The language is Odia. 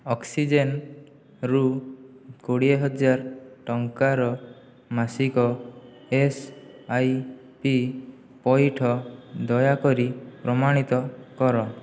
ଅକ୍ସିଜେନରୁ କୋଡ଼ିଏ ହଜାର ଟଙ୍କାର ମାସିକ ଏସ ଆଇ ପି ପଇଠ ଦୟାକରି ପ୍ରମାଣିତ କର